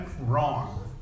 wrong